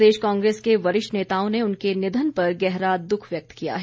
प्रदेश कांग्रेस के वरिष्ठ नेताओं ने उनके निधन पर गहरा दुख व्यक्त किया है